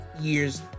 years